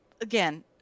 again